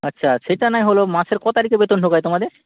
আচ্ছা সেটা নয় হলো মাসের ক তারিখে বেতন ঢোকায় তোমাদের